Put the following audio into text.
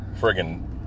friggin